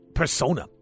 persona